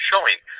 showing